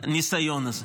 לניסיון הזה.